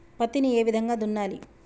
పత్తిని ఏ విధంగా దున్నాలి?